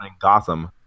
Gotham